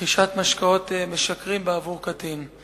רכישת משקאות משכרים בעבור קטין.